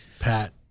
pat